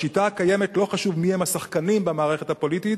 בשיטה הקיימת לא חשוב מיהם השחקנים במערכת הפוליטית,